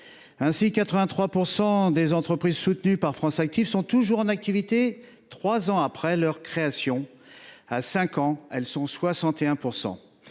Ainsi, 83 % des entreprises soutenues par France Active sont toujours en activité trois ans après leur création. Après cinq ans, elles sont 61 %.